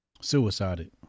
Suicided